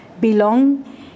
belong